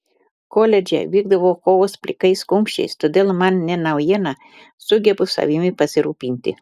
koledže vykdavo kovos plikais kumščiais todėl man ne naujiena sugebu savimi pasirūpinti